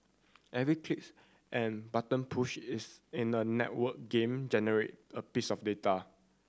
every clicks and button push is in a networked game generate a piece of data